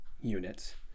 units